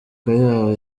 kayabo